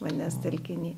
vandens telkiny